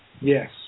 Yes